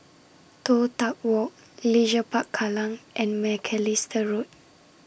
Toh Tuck Walk Leisure Park Kallang and Macalister Road